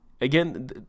again